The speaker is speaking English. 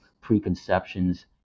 preconceptions